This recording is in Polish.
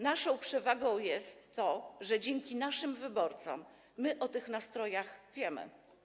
Naszą przewagą jest to, że dzięki naszym wyborcom my o tych nastrojach wiemy.